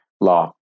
law